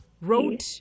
wrote